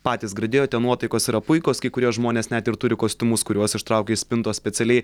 patys girdėjote nuotaikos yra puikos kai kurie žmonės net ir turi kostiumus kuriuos ištraukia iš spintos specialiai